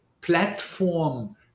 platform